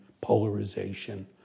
polarization